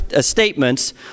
statements